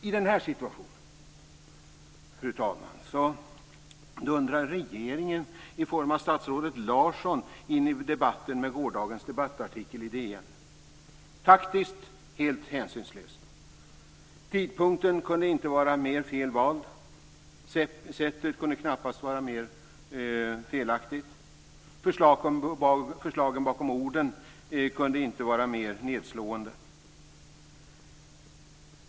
I den här situationen, fru talman, dundrar regeringen i form av statsrådet Larsson in i debatten, med gårdagens debattartikel i DN. Taktiskt är det helt hänsynslöst. Tidpunkten kunde inte vara mer felaktigt vald. Sättet kunde knappast vara mer felaktigt. Förslagen bakom orden kunde inte vara mer nedslående.